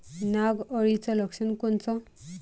नाग अळीचं लक्षण कोनचं?